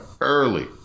early